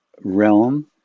realm